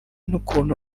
n’ukuntu